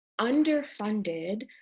underfunded